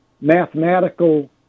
mathematical